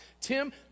Tim